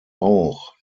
auch